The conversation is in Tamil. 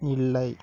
இல்லை